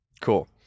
Cool